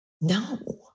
No